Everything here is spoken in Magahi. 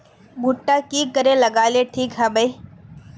भुट्टा की करे लगा ले ठिक है बय?